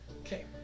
Okay